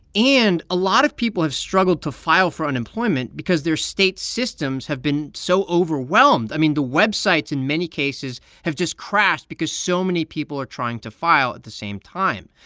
and a lot of people have struggled to file for unemployment because their state systems have been so overwhelmed. i mean, the websites in many cases have just crashed because so many people are trying to file at the same time,